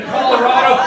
Colorado